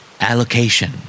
Allocation